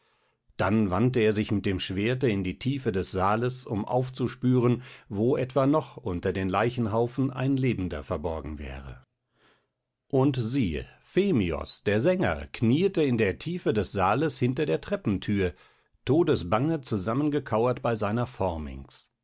dann wandte er sich mit dem schwerte in die tiefe des saales um aufzuspüren wo etwa noch unter dem leichenhaufen ein lebender verborgen wäre und siehe phemios der sänger knieete in der tiefe des saales hinter der treppenthür todesbange zusammengekauert bei seiner